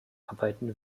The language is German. arbeiten